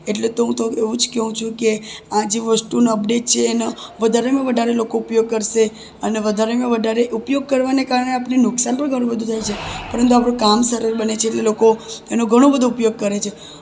એટલે તો હું તો એવું જ કહું છું કે આજે વસ્તુનો અપડેટ છે એનો લોકો વધારેમાં વધારે ઉપયોગ કરશે અને વધારેમાં વધારે ઉપયોગ કરવાને કારણે આપણે નુકસાન પણ ઘણું બધું થાય છે પરંતુ આપણું કામ પણ સરળ બને છે લોકો એનો ઘણો બધો ઉપયોગ કરે છે